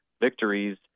victories